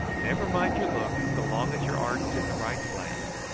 never mind your looks so long as your art's in the right place.